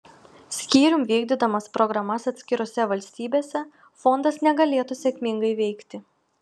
skyrium vykdydamas programas atskirose valstybėse fondas negalėtų sėkmingai veikti